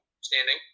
standing